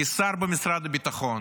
כשר במשרד הביטחון,